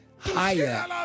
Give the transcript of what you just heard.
Higher